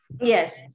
yes